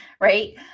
right